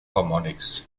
harmonics